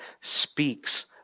speaks